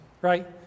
right